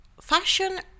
Fashion